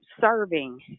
serving